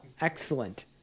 Excellent